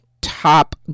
Top